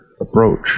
approach